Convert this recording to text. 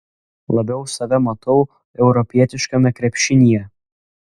labiau save matau europietiškame krepšinyje